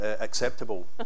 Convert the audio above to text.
acceptable